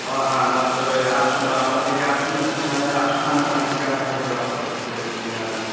ও হ্যাঁ দশটা বেজে গে আসুন বারোটার দিকে আসুন স্টেশনে আসুন আমি ওখান থেকে আপনাকে ড্রপ করবো এ নিয়ে আসবো